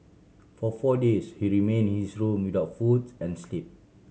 for four days he remain in his room without foods and sleep